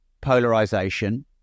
polarization